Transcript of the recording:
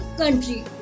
country